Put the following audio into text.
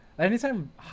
Anytime